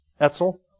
Etzel